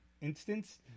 instance